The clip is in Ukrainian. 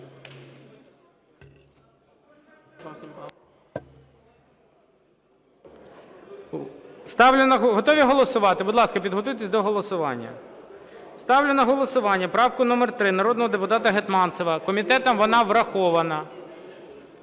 Готові голосувати? Будь ласка, підготуйтеся до голосування. Ставлю на голосування правку номер 3 народного депутата Гетманцева. Комітетом вона врахована.